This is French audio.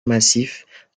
massif